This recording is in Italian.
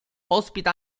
ospita